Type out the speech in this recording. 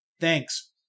Thanks